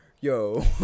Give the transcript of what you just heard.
yo